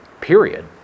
period